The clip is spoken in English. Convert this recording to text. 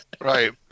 Right